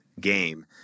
game